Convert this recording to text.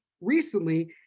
recently